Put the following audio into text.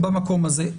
במקום הזה.